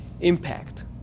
impact